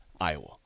Iowa